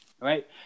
Right